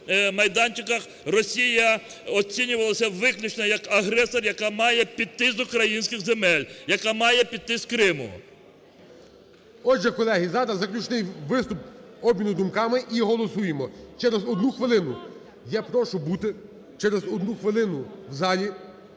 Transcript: Росія оцінювалася виключно як агресор, яка має піти з українських земель, яка має піти з Криму. ГОЛОВУЮЧИЙ. Отже, колеги, зараз заключний виступ обміну думками і голосуємо. Через одну хвилину я прошу бути, через